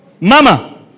Mama